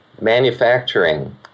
manufacturing